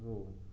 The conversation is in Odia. ହଁ